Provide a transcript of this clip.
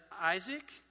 Isaac